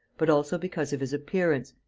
but also because of his appearance,